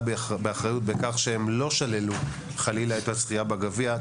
באחריות בכך שהם לא שללו חלילה את הזכייה בגביע.